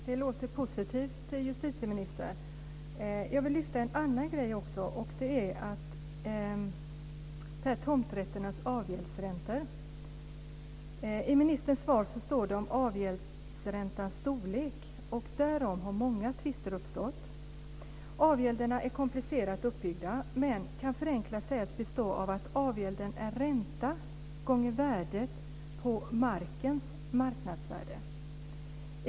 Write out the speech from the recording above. Fru talman! Tack! Det låter positivt. Jag vill lyfta fram en annan sak, och det är tomträtternas avgäldsräntor. I ministerns svar står det om avgäldsräntans storlek, och därom har många tvister uppstått. Avgälderna är komplicerat uppbyggda, men förenklat kan sägas att avgälden är ränta gånger värdet på markens marknadsvärde.